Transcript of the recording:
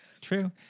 True